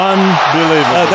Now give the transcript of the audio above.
Unbelievable